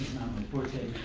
forte